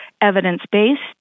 Evidence-Based